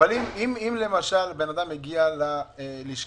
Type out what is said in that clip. אבל אם למשל אדם הגיע ללשכה,